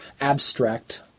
abstract